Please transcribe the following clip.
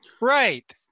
Right